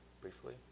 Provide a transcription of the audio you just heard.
briefly